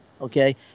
Okay